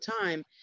time